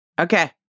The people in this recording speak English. okay